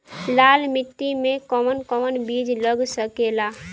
लाल मिट्टी में कौन कौन बीज लग सकेला?